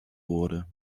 wurde